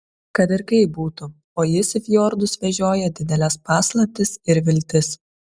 kad ir kaip būtų o jis į fjordus vežioja dideles paslaptis ir viltis